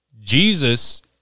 Jesus